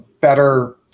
better